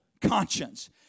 conscience